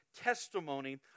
testimony